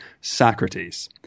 Socrates